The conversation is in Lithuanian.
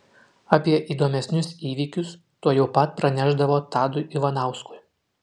apie įdomesnius įvykius tuojau pat pranešdavo tadui ivanauskui